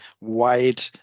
wide